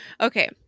okay